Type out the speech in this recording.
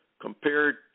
compared